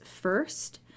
first